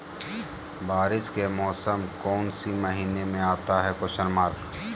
बारिस के मौसम कौन सी महीने में आता है?